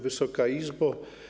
Wysoka Izbo!